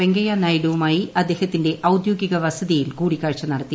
വെങ്കയ്യ നായിഡുവുമായി അദ്ദേഹത്തിന്റെ ഔദ്യോഗിക വസതിയിൽ കൂടിക്കാഴ്ച നടത്തി